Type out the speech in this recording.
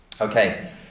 Okay